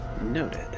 Noted